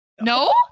No